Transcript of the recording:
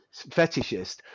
fetishist